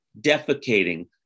defecating